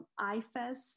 ifes